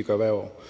at gøre hvert år.